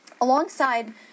Alongside